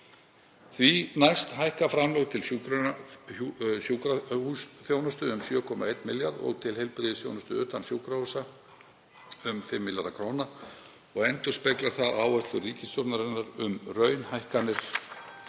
Því næst hækka framlög til sjúkrahúsþjónustu um 7,1 milljarð og til heilbrigðisþjónustu utan sjúkrahúsa um 5 milljarða kr. og endurspeglar það áherslur ríkisstjórnarinnar um raunhækkanir